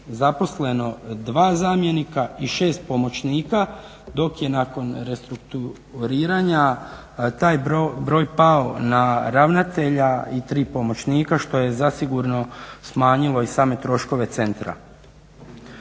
zaposleno 2 zamjenika i 6 pomoćnika, dok je nakon restrukturiranja taj broj pao na ravnatelja i 3 pomoćnika što je zasigurno smanjilo i same troškove centra.